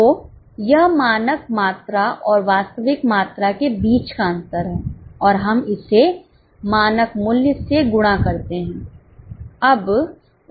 तो यह मानक मात्रा और वास्तविक मात्रा के बीच का अंतर है और हम इसे मानक मूल्य से गुणा करते हैं